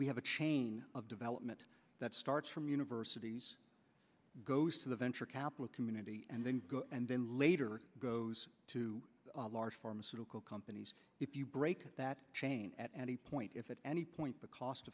we have a chain of development that starts from universities goes to the venture capital community and then and then later goes to a large pharmaceutical companies if you break that chain at any point if at any point the cost